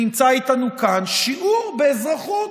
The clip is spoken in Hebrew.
שנמצא איתנו כאן, שיעור באזרחות,